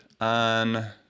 on